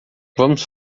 vamos